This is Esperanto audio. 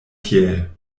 tiel